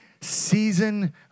season